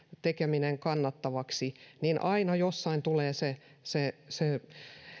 tekeminen kannattavaksi niin aina jossain tulee se se